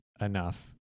enough